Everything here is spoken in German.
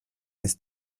ist